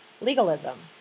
legalism